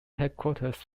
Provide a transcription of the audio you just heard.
headquarters